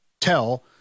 tell